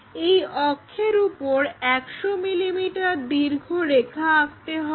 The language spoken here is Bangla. এই অক্ষের উপর 100 মিলিমিটার দীর্ঘ রেখা আঁকতে হবে